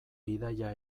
bidaia